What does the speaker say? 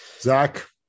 Zach